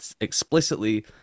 explicitly